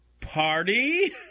party